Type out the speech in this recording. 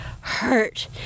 hurt